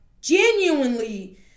genuinely